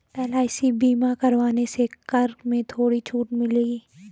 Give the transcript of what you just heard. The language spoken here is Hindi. एल.आई.सी बीमा करवाने से कर में थोड़ी छूट मिलेगी